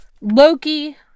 Loki